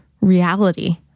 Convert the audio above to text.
reality